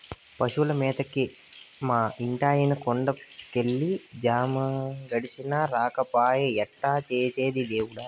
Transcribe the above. పశువుల మేతకి మా ఇంటాయన కొండ కెళ్ళి జాము గడిచినా రాకపాయె ఎట్టా చేసేది దేవుడా